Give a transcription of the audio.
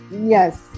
yes